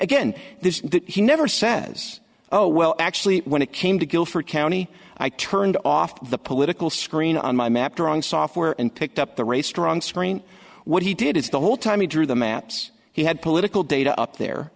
again he never says oh well actually when it came to guilford county i turned off the political screen on my map drawing software and picked up the race strong screen what he did is the whole time he drew the maps he had political data up there